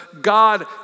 God